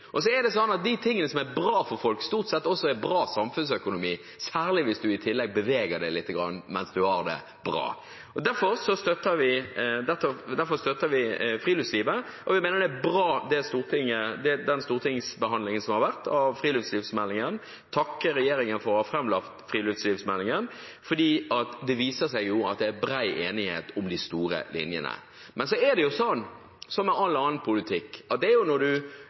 De tingene som er bra for folk, er stort sett også bra samfunnsøkonomi, særlig hvis man i tillegg beveger seg lite grann mens man har det bra. Derfor støtter vi friluftslivet, og vi mener at den behandlingen av friluftslivsmeldingen som har vært i Stortinget, er bra. Jeg vil takke regjeringen for å ha lagt fram friluftslivsmeldingen, det viser seg at det er bred enighet om de store linjene. Men så er det sånn, som med all annen politikk, at det er